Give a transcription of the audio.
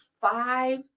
five